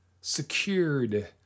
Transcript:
secured